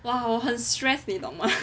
!whoa! 我很 stress 你懂吗